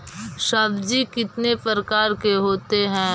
सब्जी कितने प्रकार के होते है?